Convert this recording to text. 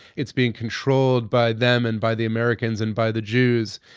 it's being controlled by them and by the americans and by the jews.